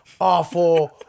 awful